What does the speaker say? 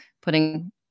putting